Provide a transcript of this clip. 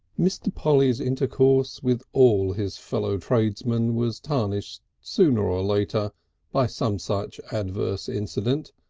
mr. polly's intercourse with all his fellow tradesmen was tarnished sooner or later by some such adverse incident,